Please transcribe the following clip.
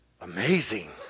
amazing